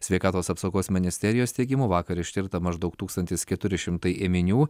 sveikatos apsaugos ministerijos teigimu vakar ištirta maždaug tūkstantis keturi šimtai ėminių